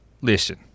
listen